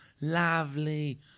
Lovely